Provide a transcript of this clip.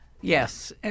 Yes